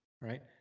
Right